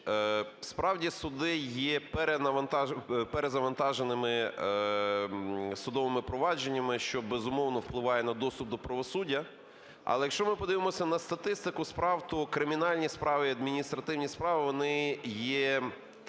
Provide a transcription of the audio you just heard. Справді, суди єперезавантаженими судовими провадженнями, що, безумовно, впливає на доступ до правосуддя. Але якщо ми подивимося на статистику справ, то кримінальні справи і адміністративні справи, вони є